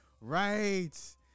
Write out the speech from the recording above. Right